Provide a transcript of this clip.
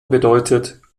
bedeutet